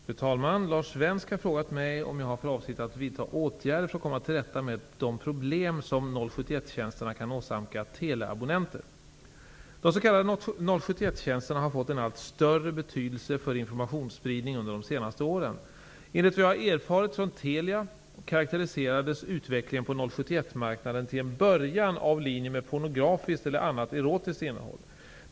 Fru talman! Lars Svensk har frågat mig om jag har för avsikt att vidta åtgärder för att komma till rätta med de problem som 071-tjänsterna kan åsamka teleabonnenter. De s.k. 071-tjänsterna har fått en allt större betydelse för informationsspridning under de senaste åren. Enligt vad jag har erfarit från Telia karakteriserades utvecklingen på 071-marknaden till en början av linjer med pornografiskt eller annat erotiskt innehåll.